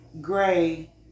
Gray